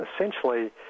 Essentially